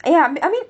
ya I mean